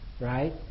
right